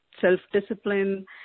self-discipline